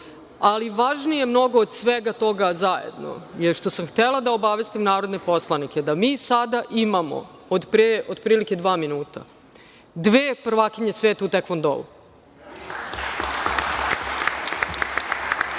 napred. Važnije mnogo od svega toga zajedno je što sam htela da obavestim narodne poslanike da mi sada imamo od pre dva minuta dve prvakinje sveta u tekvondou.